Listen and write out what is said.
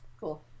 cool